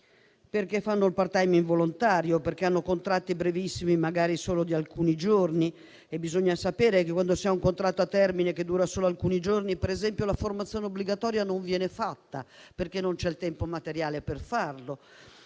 perché fanno il *part time* involontario, perché hanno contratti brevissimi, magari solo di alcuni giorni. Bisogna sapere che, quando si ha un contratto a termine che dura solo alcuni giorni, per esempio, la formazione obbligatoria non viene fatta, perché non c'è il tempo materiale per farla.